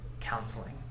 counseling